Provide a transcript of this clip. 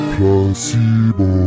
Placebo